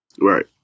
Right